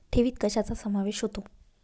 ठेवीत कशाचा समावेश होतो?